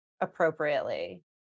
appropriately